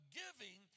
giving